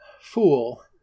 fool